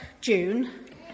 June